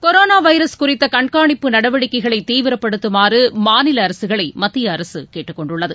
corona virus குறித்த கண்காணிப்பு நடவடிக்கைகளை தீவிரப்படுத்துமாறு மாநில அரசுகளை மத்திய அரசு கேட்டுக் கொண்டுள்ளது